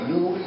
New